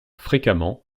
fréquemment